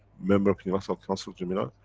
member of universal council, jamila,